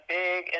big